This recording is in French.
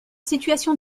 situation